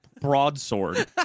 broadsword